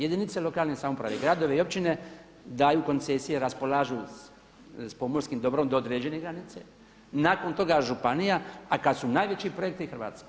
Jedinice lokalne samouprave, gradovi i općine daju koncesije, raspolažu s pomorskim dobrom do određene granice, nakon toga županija a kad su najveći projekti i Hrvatska.